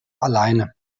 alleine